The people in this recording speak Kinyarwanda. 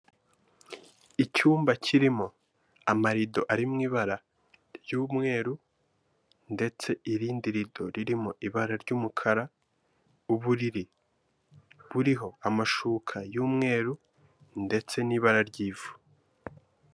Icyumba kirimo amarido ari mu ibara ry'umweru ndetse irindi rido ririmo ibara ry'umukara, uburiri buriho amashuka y'umweru ndetse n'ibara ry'ivu.